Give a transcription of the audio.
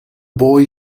boy